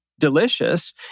delicious